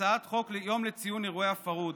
הצעת חוק יום לציון אירועי הפרהוד,